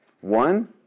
One